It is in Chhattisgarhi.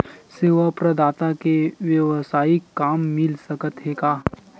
सेवा प्रदाता के वेवसायिक काम मिल सकत हे का?